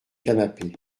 canapé